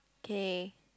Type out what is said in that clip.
K